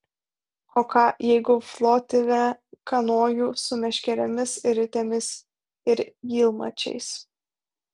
o ką jeigu flotilę kanojų su meškerėmis ir ritėmis ir gylmačiais